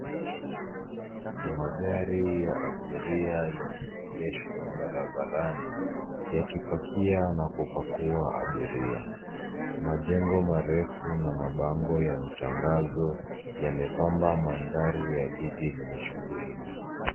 Magari ya abiria yameegeshwa barabarani yakipakia na kubakua abiria, majengo marefu na mabango ya matangazo yamebamba mandhari la jiji lenye shughuli nyingi.